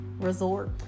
resort